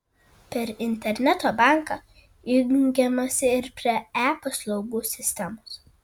per interneto banką jungiamasi ir prie e paslaugų sistemos